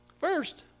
First